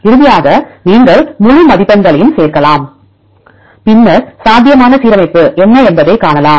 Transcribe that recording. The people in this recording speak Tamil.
இறுதியாக நீங்கள் முழு மதிப்பெண்களையும் சேர்க்கலாம் பின்னர் சாத்தியமான சீரமைப்பு என்ன என்பதைக் காணலாம்